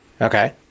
Okay